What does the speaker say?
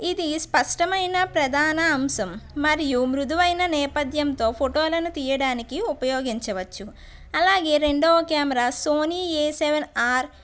ఇది స్పష్టమైన ప్రధాన అంశం మరియు మృధువైనా నేపథ్యంతో ఫోటోలను తీయడానికి ఉపయోగించవచ్చు అలాగే రెండవ camera Sony A seven are